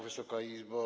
Wysoka Izbo!